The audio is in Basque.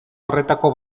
horretako